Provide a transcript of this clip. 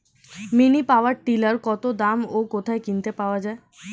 Mini power tiller কত দাম ও কোথায় কিনতে পাওয়া যায়?